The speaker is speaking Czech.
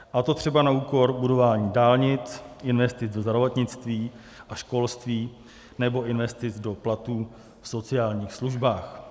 A to třeba na úkor budování dálnic, investic do zdravotnictví a školství nebo investic do platů v sociálních službách.